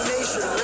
Nation